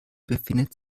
befindet